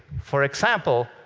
for example,